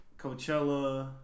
Coachella